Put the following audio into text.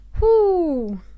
whoo